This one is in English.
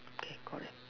okay correct